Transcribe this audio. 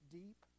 deep